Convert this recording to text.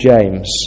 James